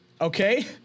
Okay